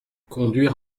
conduire